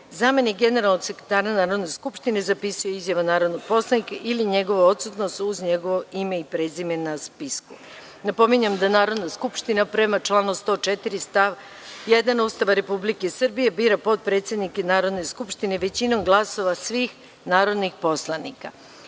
zamenik generalnog sekretara Narodne skupštine zapisuje izjavu narodnog poslanika ili njegovu odsutnost uz njegovo ime i prezime na spisku. Napominjem da Narodna skupština, prema članu 104. stav 1. Ustava Republike Srbije, bira potpredsednike Narodne skupštine većinom glasova svih narodnih poslanika. Imajući